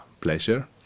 pleasure